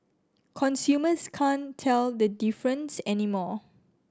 consumers can't tell the difference anymore